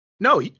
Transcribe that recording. No